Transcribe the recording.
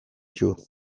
ditu